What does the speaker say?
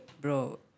bro